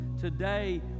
Today